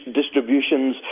distributions